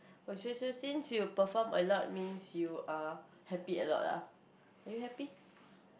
oh so so since you perform a lot means you are happy a lot ah are you happy